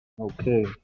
Okay